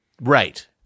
Right